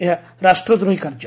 ଏହା ରାଷ୍ଟ୍ରଦ୍ରୋହୀ କାର୍ଯ୍ୟ